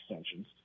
extensions